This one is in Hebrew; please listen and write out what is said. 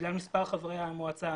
בגלל מספר חברי המועצה,